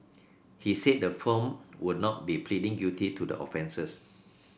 he said the firm would not be pleading guilty to the offences